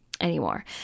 anymore